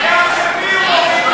על הגב של מי הוא מוריד מסים?